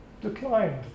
declined